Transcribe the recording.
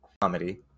Comedy